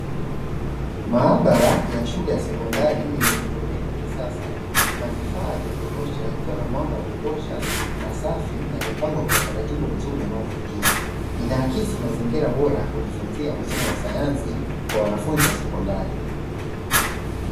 Maabara ya shule ya sekondari yenye miundombinu ya kisasa na vifaa vya kutosha, ikiwa na mwanga wa kutosha na safi na imepangwa kwa utaratibu mzuri unaovutia, inaakisi mazingira bora kujifunza masomo ya sayansi kwa wanafunzi wa sekondari.